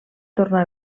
tornar